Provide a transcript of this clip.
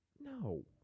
No